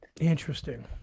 Interesting